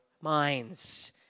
minds